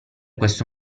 questo